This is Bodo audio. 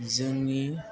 जोंनि